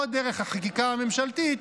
או דרך החקיקה הממשלתית,